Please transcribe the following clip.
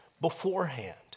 beforehand